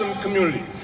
community